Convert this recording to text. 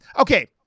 Okay